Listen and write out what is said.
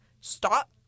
stop